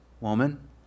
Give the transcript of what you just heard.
Woman